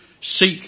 seek